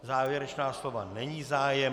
O závěrečná slova není zájem.